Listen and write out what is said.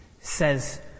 says